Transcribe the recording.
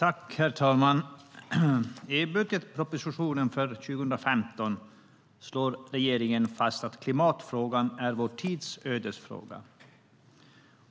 Herr talman! I budgetpropositionen för 2015 slår regeringen fast att klimatfrågan är vår tids ödesfråga.